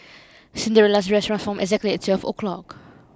Cinderella's dress transformed exactly at twelve o'clock